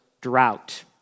drought